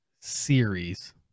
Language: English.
series